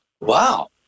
Wow